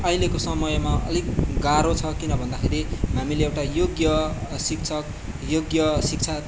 अहिलेको समयमा अलिक गारो छ किन भन्दाखेरि हामीले एउटा योग्य शिक्षक योग्य शिक्षा